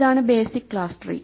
ഇതാണ് basic class tree